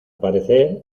parecer